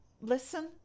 listen